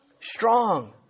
strong